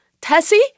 Tessie